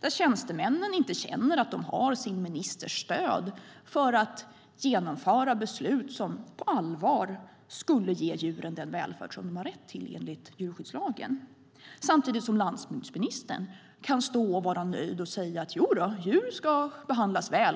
där tjänstemännen inte känner att de har sin ministers stöd för att genomföra beslut som på allvar skulle ge djuren den välfärd som de har rätt till enligt djurskyddslagen, samtidigt som landsbygdsministern kan stå och vara nöjd och säga "Jodå, djur ska behandlas väl.